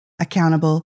accountable